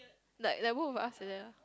like like both of us like that